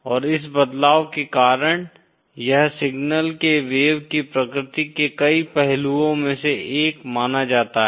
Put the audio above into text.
और इस बलादव के कारण यह सिग्नल के वेव की प्रकृति के कई पहलुओं में से एक माना जाता है